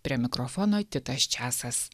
prie mikrofono titas česas